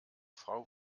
frau